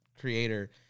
creator